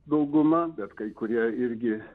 dauguma bet kai kurie irgi